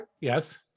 Yes